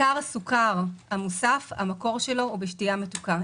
עיקר הסוכר המוסף המקור שלו הוא בשתייה מתוקה.